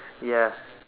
ya